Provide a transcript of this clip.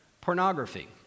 Pornography